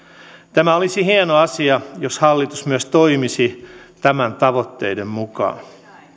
tämä olisi hieno asia jos hallitus myös toimisi tämän tavoitteiden mukaan